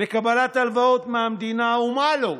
לקבלת הלוואות מהמדינה ומה לא.